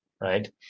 right